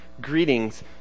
greetings